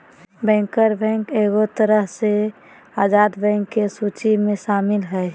banker bank एगो तरह से आजाद बैंक के सूची मे शामिल हय